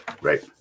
Right